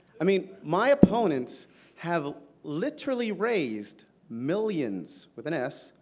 i mean, my opponents have literally raised millions, with an s,